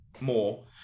more